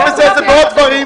לא רק בזה, זה בעוד דברים.